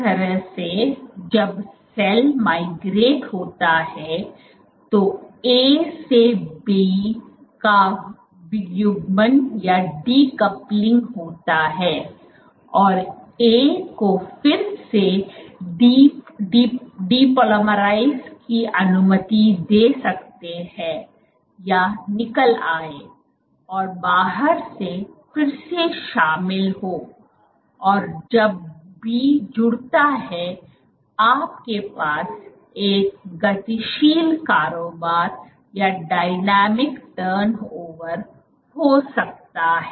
तो इस तरह से जब सेल माइग्रेट होता है तो A से B का वियुग्मन होता है और A को फिर से डिपॉलीमराइज करने की अनुमति दे सकते हैं या निकल आए और बाहर से फिर से शामिल हो और जब B जुड़ता है आपके पास एक गतिशील कारोबार हो सकता है